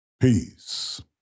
peace